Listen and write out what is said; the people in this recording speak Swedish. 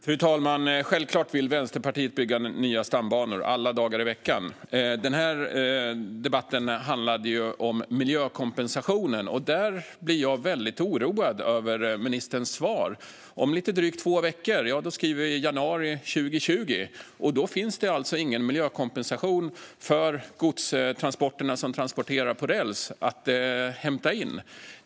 Fru talman! Självklart vill Vänsterpartiet bygga nya stambanor - alla dagar i veckan. Men den här debatten handlar om miljökompensationen, och här blir jag oroad över ministerns svar. Om lite drygt två veckor skriver vi januari 2020, och då finns det alltså ingen miljökompensation för dem som transporterar gods på räls att hämta in.